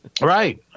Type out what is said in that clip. Right